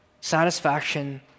satisfaction